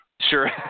sure